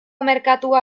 merkatua